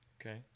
Okay